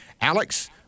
Alex